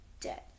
dead